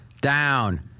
down